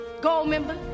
Goldmember